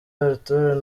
arthur